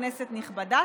כנסת נכבדה,